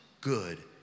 good